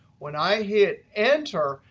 when i hit enter,